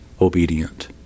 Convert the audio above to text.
obedient